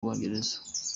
bwongereza